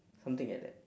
something like that